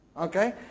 Okay